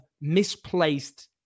misplaced